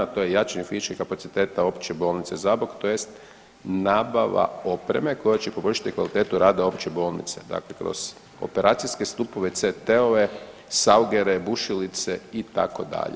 To je jačanje fizičkih kapaciteta opće bolnice Zabok, tj. nabava opreme koja će poboljšati kvalitetu rada opće bolnice, dakle kroz operacijske stupove, CT-ove, saugere, bušilice itd.